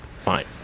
Fine